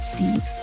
Steve